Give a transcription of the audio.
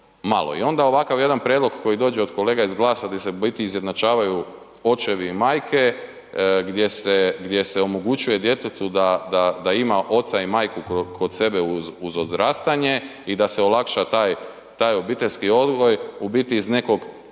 i onda ovakav jedan prijedlog koji dođe iz kolega iz GLAS-a di se u biti izjednačavaju očevi i majke, gdje se omogućuje djetetu da ima oca i majku kod sebe uz odrastanje i da se olakša taj obiteljski odgoj u biti